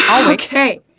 Okay